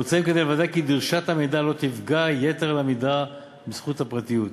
מוצעים כדי לוודא כי דרישת המידע לא תפגע יתר על המידה בזכות לפרטיות.